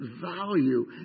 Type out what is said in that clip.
value